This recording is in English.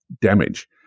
damage